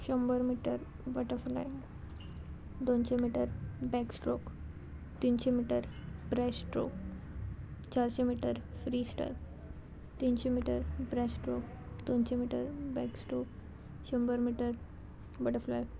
शंबर metre butterfly दोनशें metre backstroke तिनशें मिटर ब्रेस्ट स्ट्रोक चारशें मिटर फ्री स्टायल तिनशें मिटर ब्रेस्ट स्ट्रोक दोनशें मिटर बॅकस्ट्रोक शंबर मिटर बटरफ्लाय